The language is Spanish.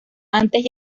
antes